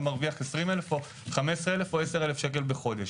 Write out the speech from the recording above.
מרוויח 20,000 או 15,000 או 10,000 שקלים בחודש.